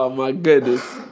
ah my goodness.